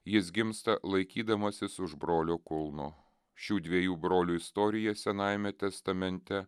jis gimsta laikydamasis už brolio kulno šių dviejų brolių istorija senajame testamente